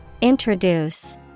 Introduce